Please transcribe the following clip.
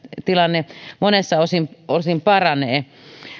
tilanne monessa osin osin paranee